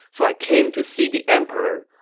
so i came to see the emperor.